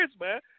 man